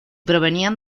provenían